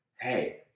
hey